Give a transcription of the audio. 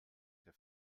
der